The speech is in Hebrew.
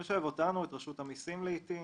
הוא משלב אותנו, את רשות המיסים לעיתים.